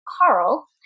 Carl